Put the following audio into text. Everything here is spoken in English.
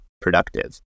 productive